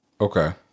Okay